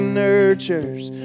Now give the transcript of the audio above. nurtures